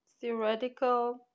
theoretical